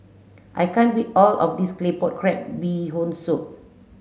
I can't eat all of this Claypot Crab Bee Hoon Soup